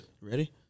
Ready